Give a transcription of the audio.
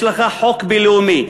יש לך חוק בין-לאומי,